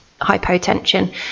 hypotension